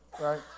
right